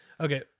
Okay